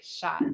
shot